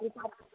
रुपा